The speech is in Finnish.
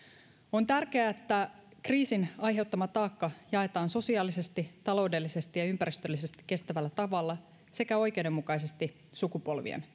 on tärkeää että kriisin aiheuttama taakka jaetaan sosiaalisesti taloudellisesti ja ympäristöllisesti kestävällä tavalla sekä oikeudenmukaisesti sukupolvien